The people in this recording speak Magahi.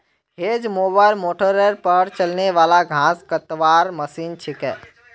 हेज मोवर मोटरेर पर चलने वाला घास कतवार मशीन छिके